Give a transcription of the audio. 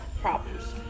problems